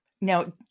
Now